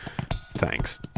Thanks